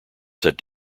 said